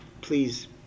Please